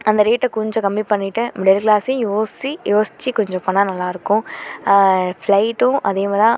அந்த ரேட்டை கொஞ்சம் கம்மி பண்ணிட்டு மிடில் கிளாஸையும் யோசிச்சி யோசித்து கொஞ்சம் பண்ணால் நல்லாயிருக்கும் ஃப்ளைட்டும் அதேமாதிரிதான்